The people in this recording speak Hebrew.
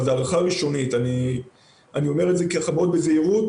זאת הערכה ראשונית ואני אומר את זה מאוד בזהירות.